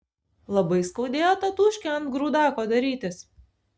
labai skaudėjo tatūškę ant grūdako darytis